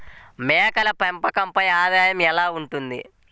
మేకల పెంపకంపై ఆదాయం ఎలా ఉంటుంది?